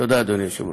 תודה, אדוני היושב-ראש.